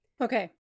Okay